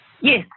Yes